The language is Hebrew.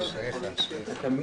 שלום לכולם, תודה על ההזדמנות לדבר.